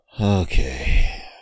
Okay